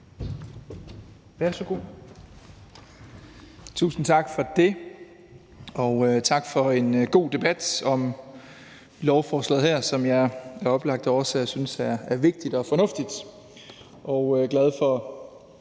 Madsen): Tusind tak for det, og tak for en god debat om lovforslaget her, som jeg af oplagte årsager synes er vigtigt og fornuftigt. Jeg er glad for